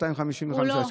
255 שקלים.